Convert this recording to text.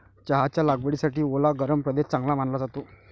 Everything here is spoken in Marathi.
चहाच्या लागवडीसाठी ओला गरम प्रदेश चांगला मानला जातो